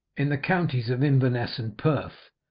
in the counties of inverness and perth,